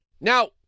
Now